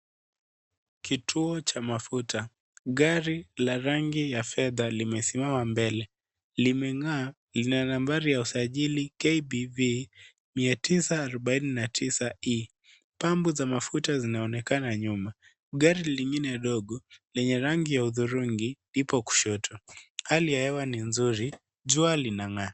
Kituo cha mafuta. Gari la rangi ya fedha limesimama mbele. Limeng'aa. Lina nambari ya usajili KBV 949E. Pambo za mafuta zinaonekana nyuma. Gari lingine dogo lenye rangi ya hudhurungi ipo kushoto. Hali ya hewa ni nzuri. Jua linang'aa.